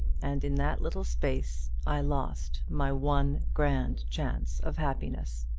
and in that little space i lost my one grand chance of happiness.